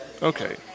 Okay